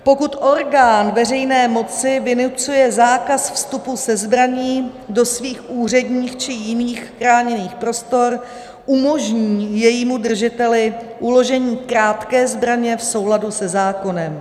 Pokud orgán veřejné moci vynucuje zákaz vstupu se zbraní do svých úředních či jiných chráněných prostor, umožní jejímu držiteli uložení krátké zbraně v souladu se zákonem.